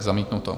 Zamítnuto.